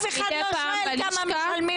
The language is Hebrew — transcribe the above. מדי פעם בלשכה.